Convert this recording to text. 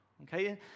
Okay